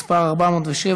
מס' 407,